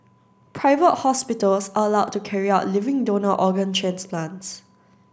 private hospitals are allowed to carry out living donor organ transplants